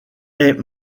est